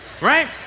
Right